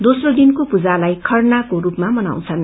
दोस्रो दिनको पूजालाई खरनाको स्पमा मनाउँछन्